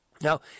Now